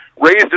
Raised